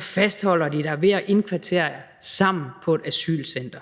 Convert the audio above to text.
fastholder dig ved at indkvartere jer sammen på et asylcenter.